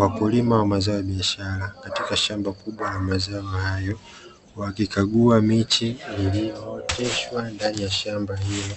Wakulima wa mazao ya biashara, katika shamba kubwa la mazao hayo, wakiikagua miche iliyooteshwa ndani ya shamba hilo